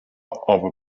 aber